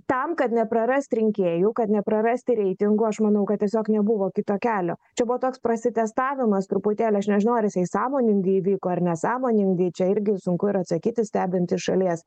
tam kad neprarast rinkėjų kad neprarasti reitingų aš manau kad tiesiog nebuvo kito kelio čia buvo toks prasitestavimas truputėlį aš nežinau ar jisai sąmoningai įvyko ar nesąmoningai čia irgi sunku ir atsakyti stebint iš šalies